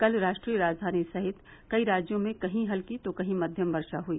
कल राष्ट्रीय राजधानी सहित कई राज्यों में कहीं हल्की तो कहीं मध्यम वर्षा हई